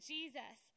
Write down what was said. Jesus